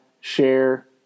share